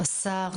השר,